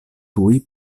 tuj